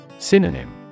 Synonym